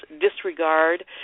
disregard